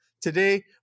Today